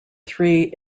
three